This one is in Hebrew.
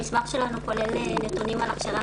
המסמך שלנו כולל נתונים על הכשרה